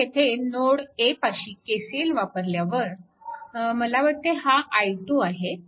तर येथे node A पाशी KCL वापरल्यावर मला वाटते हा i2 आहे